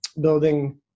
building